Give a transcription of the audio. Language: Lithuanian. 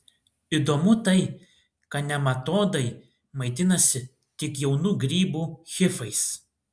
įdomu tai kad nematodai maitinasi tik jaunų grybų hifais